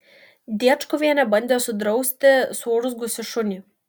diečkuvienė bandė sudrausti suurzgusį šunį